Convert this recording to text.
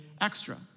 extra